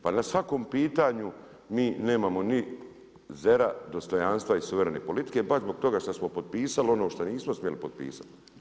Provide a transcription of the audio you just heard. Pa na svakom pitanju mi nemamo ni zera, dostojanstva i suvremene politike, baš zbog toga šta smo potpisali ono što nismo smjeli potpisati.